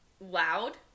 loud